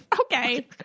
Okay